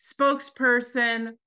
spokesperson